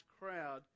crowd